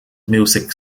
music